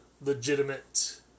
legitimate